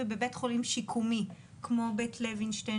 בבית חולים שיקומי כמו בית לוינשטיין,